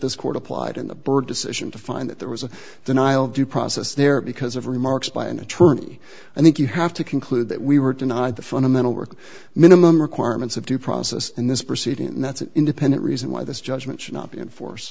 this court applied in the bird decision to find that there was a denial of due process there because of remarks by an attorney i think you have to conclude that we were denied the fundamental work minimum requirements of due process in this proceeding and that's an independent reason why this judgment should not be in force